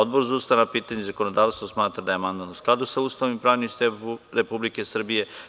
Odbor za ustavna pitanja i zakonodavstvo smatra da je amandman u skladu sa Ustavom i pravnim sistemom Republike Srbije.